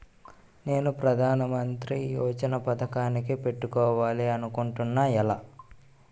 నేను ప్రధానమంత్రి యోజన పథకానికి పెట్టుకోవాలి అనుకుంటున్నా ఎలా?